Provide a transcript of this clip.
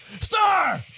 Star